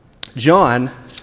John